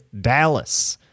Dallas